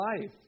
life